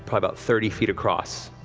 but about thirty feet across